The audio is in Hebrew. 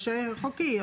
חוקי,